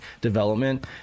development